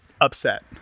upset